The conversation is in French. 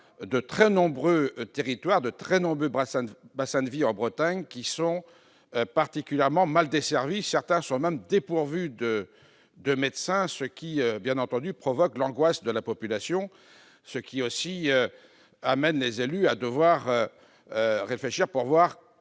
de très nombreux territoires, de très nombreux bassins de vie en Bretagne sont particulièrement mal desservis. Certains sont même dépourvus de médecins, ce qui provoque l'angoisse de la population et pousse les élus à réfléchir à des